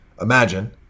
Imagine